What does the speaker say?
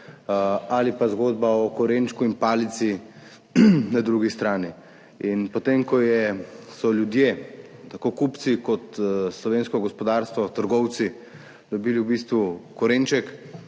ali pa zgodba o korenčku in palici na drugi strani. Potem ko so ljudje, tako kupci kot slovensko gospodarstvo, trgovci, dobili v bistvu korenček,